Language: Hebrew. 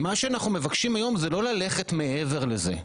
מה שאנחנו מבקשים, היום, זה לא ללכת מעבר לזה.